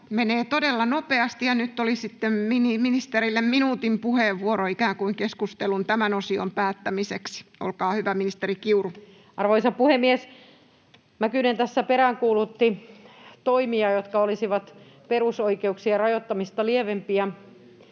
menee todella nopeasti, ja nyt olisi sitten ministerille minuutin puheenvuoro ikään kuin keskustelun tämän osion päättämiseksi. — Olkaa hyvä, ministeri Kiuru. Arvoisa puhemies! Mäkynen tässä peräänkuulutti toimia, jotka olisivat perusoikeuksien rajoittamista lievempiä.